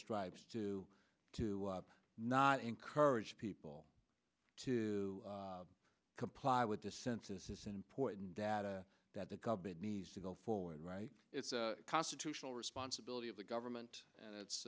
stripes to to not encourage people to comply with the census is important data that the government needs to go forward right it's a constitutional responsibility of the government and it's